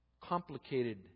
complicated